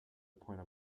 point